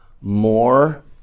more